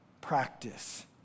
practice